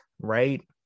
Right